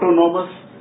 autonomous